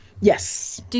Yes